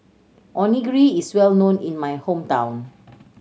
onigiri is well known in my hometown